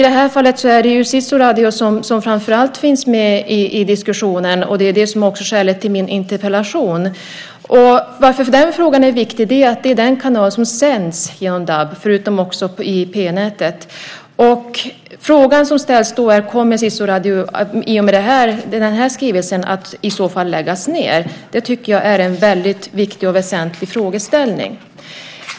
I det här fallet diskuterar man framför allt Sisuradio. Det är också den diskussionen som har föranlett min interpellation. Det är ju den kanal som sänds genom DAB, förutom genom IP-nätet. Innebär skrivelsen att Sisuradio kommer att läggas ned? Det är en viktig och väsentlig frågeställning.